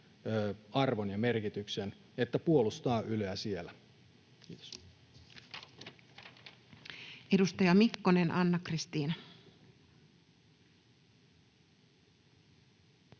arvon ja merkityksen — että puolustaa Yleä siellä. — Kiitos. Edustaja Mikkonen, Anna-Kristiina.